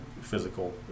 physical